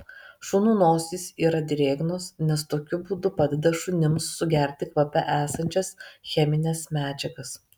šunų nosys yra drėgnos nes tokiu būdu padeda šunims sugerti kvape esančias chemines medžiagas